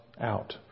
out